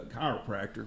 chiropractor